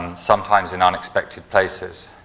sometimes in unexpected places.